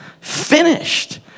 Finished